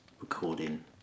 recording